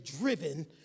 driven